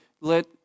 let